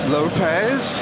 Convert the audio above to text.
Lopez